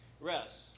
rest